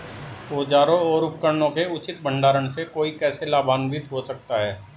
औजारों और उपकरणों के उचित भंडारण से कोई कैसे लाभान्वित हो सकता है?